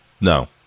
No